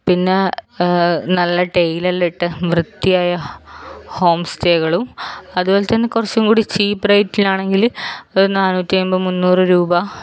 പിന്നെ നല്ല ടെയ്ൽ എല്ലാം ഇട്ട വൃത്തിയിയായ ഹോംസ്റ്റേകളും അതുപോലെ തന്നെ കുറച്ചു കൂടി ചീപ് റേറ്റിനാണെങ്കിൽ നാനൂറ്റി അമ്പത് മുന്നൂറ് രൂപ